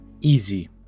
Easy